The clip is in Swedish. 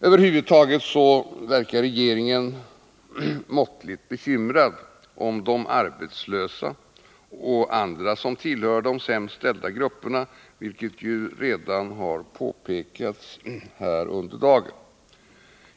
Över huvud taget verkar regeringen måttligt bekymrad för de arbetslösa och andra som tillhör de sämst ställda grupperna, vilket ju redan har påpekats här under dagen.